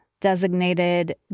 designated